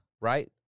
Right